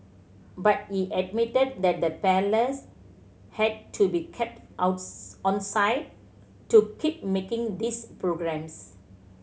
but he admitted that the Palace had to be kept onside to keep making these programmes